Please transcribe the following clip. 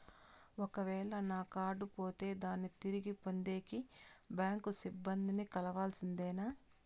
ఒక వేల నా కార్డు పోతే దాన్ని తిరిగి పొందేకి, బ్యాంకు సిబ్బంది ని కలవాల్సిందేనా?